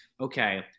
okay